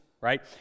right